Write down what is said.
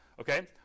okay